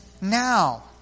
now